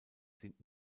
sind